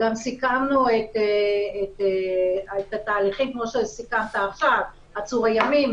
סיכמנו גם את התהליכים כמו שסיכמת עכשיו עצורי ימים,